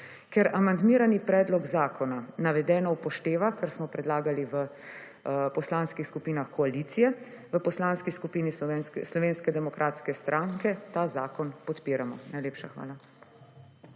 ker amandmiran predlog zakona navedeno upošteva, kar smo predlagali v poslanskih skupinah koalicije, v Poslanski skupini SDS ta zakon podpiramo. Najlepša hvala.